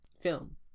film